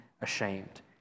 ashamed